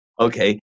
Okay